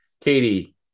Katie